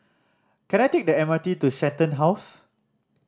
can I take the M R T to Shenton House